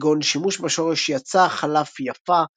כגון שימוש בשורש י-צ-א חלף י-פ-ע,